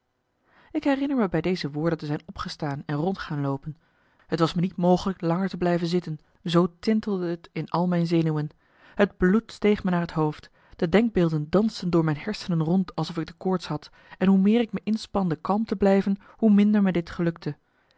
ik herinner me bij deze woorden te zijn opgestaan en rond gaan loopen het was me niet mogelijk langer te blijven zitten zoo tintelde t in al mijn zenuwen het bloed steeg me naar het hoofd de denkbeelden dansten door mijn hersenen rond alsof ik de koorts had en hoe meer ik me inspande kalm te blijven hoe minder me dit gelukte